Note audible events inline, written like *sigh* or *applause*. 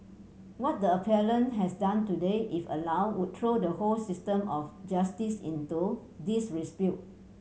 what the appellant has done today if allowed would throw the whole system of justice into *unintelligible*